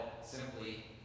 simply